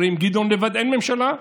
הרי עם גדעון לבד אין ממשלה.